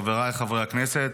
חבריי חברי הכנסת,